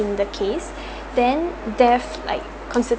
in the case then death like